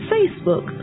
Facebook